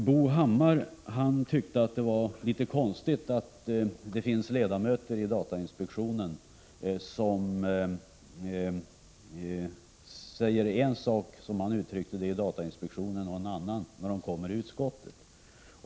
Bo Hammar tyckte att det var litet konstigt att det finns ledamöter i datainspektionen som säger en sak — som han uttryckte det — i datainspektionen och en annan när de kommer till utskottet.